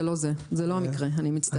זה לא זה, זה לא המקרה, אני מצטערת.